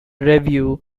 revue